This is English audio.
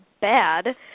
bad